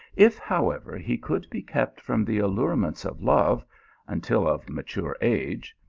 if, however, he could be kept from the allurements of love until of mature age,